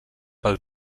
pel